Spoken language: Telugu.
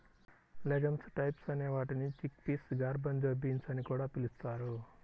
లెగమ్స్ టైప్స్ అనే వాటిని చిక్పీస్, గార్బన్జో బీన్స్ అని కూడా పిలుస్తారు